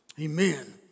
Amen